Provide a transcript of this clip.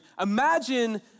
Imagine